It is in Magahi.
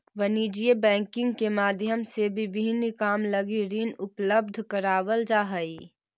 वाणिज्यिक बैंकिंग के माध्यम से विभिन्न काम लगी ऋण उपलब्ध करावल जा हइ